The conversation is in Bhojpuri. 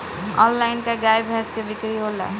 आनलाइन का गाय भैंस क बिक्री होला?